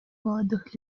молодых